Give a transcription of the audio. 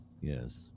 Yes